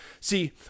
See